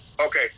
Okay